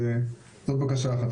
אז זאת בקשה אחת.